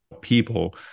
people